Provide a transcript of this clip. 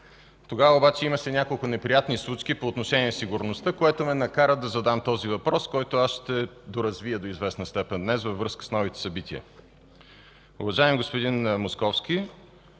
Тогава обаче имаше няколко неприятни случки по отношение на сигурността, което ме накара да задам този въпрос, който аз ще доразвия до известна степен днес, във връзка с новите събития. Уважаеми господин Московски,